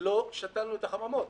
לא שתלנו בחממות.